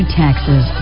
taxes